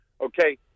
Okay